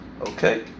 Okay